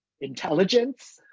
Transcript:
intelligence